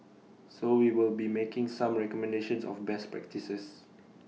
so we will be making some recommendations of best practices